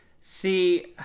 See